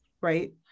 right